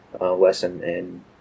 lesson—and